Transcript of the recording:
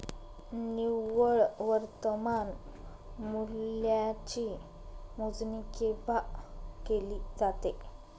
निव्वळ वर्तमान मूल्याची मोजणी केव्हा केली जाते?